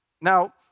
now